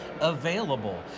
available